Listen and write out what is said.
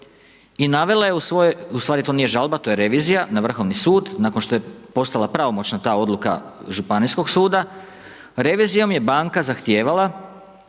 i navela je, ustvari to nije žalba, to je revizija na Vrhovni sud, nakon što je postala pravomoćna ta odluka županijskog suda, revizijom je banka zahtijevala